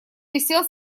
висел